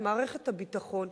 את מערכת הביטחון,